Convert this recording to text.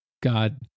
God